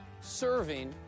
serving